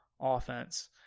offense